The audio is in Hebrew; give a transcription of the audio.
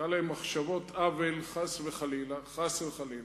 קרא להן מחשבות אוון, חס וחלילה, חס וחלילה,